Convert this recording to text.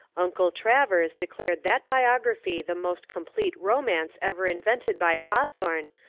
uncle travers declared that biography the most complete romance ever invented by hawthorne,